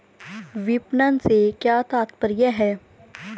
विपणन से क्या तात्पर्य है?